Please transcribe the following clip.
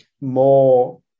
more